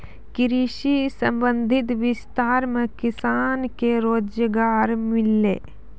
कृषि संबंधी विस्तार मे किसान के रोजगार मिल्लै